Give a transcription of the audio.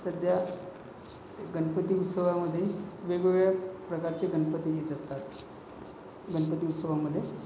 सध्या गणपती उत्सवामध्ये वेगवेगळ्या प्रकारचे गणपती येत असतात गणपती उत्सवामध्ये